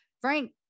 Frank